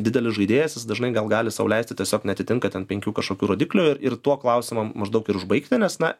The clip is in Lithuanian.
didelis žaidėjas jis dažnai gal gali sau leisti tiesiog neatitinka ten penkių kažkokių rodiklių ir tuo klausimą maždaug ir užbaigti nes na